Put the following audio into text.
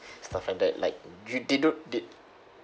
stuff like that like they do they